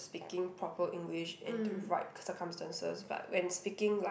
speaking proper English in the right circumstances but when speaking like